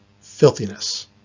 filthiness